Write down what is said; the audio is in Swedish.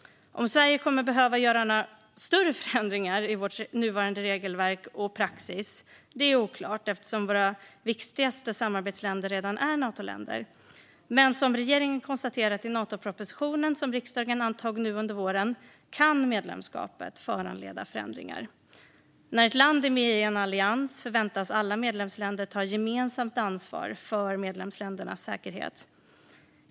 Om Sverige kommer att behöva göra några större förändringar av nuvarande regelverk och praxis är oklart eftersom våra viktigaste samarbetsländer redan är Natoländer. Men som regeringen konstaterar i Natopropositionen som riksdagen antog nu under våren kan medlemskapet föranleda förändringar. När ett land är med i en allians förväntas alla medlemsländer ta gemensamt ansvar för alla medlemsländers säkerhet.